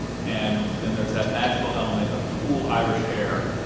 and then there's that magical element of cool irish air,